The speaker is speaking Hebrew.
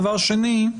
דבר שני.